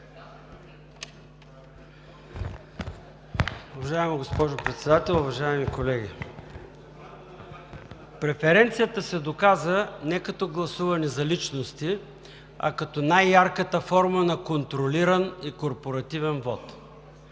Уважаема госпожо Председател, уважаеми колеги! Преференцията се доказа не като гласуване за личности, а като най-ярката форма на контролиран и корпоративен вот